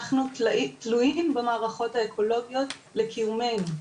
אנחנו תלויים במערכות האקולוגיות לקיומנו,